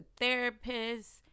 therapists